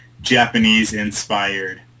Japanese-inspired